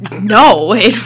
no